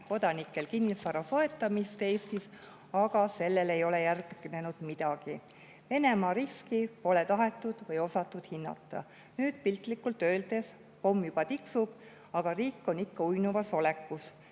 kodanikel kinnisvara soetamist Eestis, aga sellele ei ole järgnenud midagi. Venemaa-riski pole tahetud või osatud hinnata. Nüüd piltlikult öeldes pomm juba tiksub, aga riik on ikka uinuvas olekus.